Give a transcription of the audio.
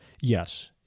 Yes